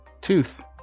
Tooth